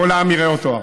כל העם יראה אותו,